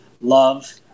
love